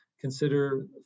consider